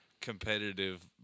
competitive